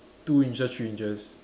two inches three inches